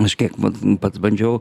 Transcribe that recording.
aš kiek vat pats bandžiau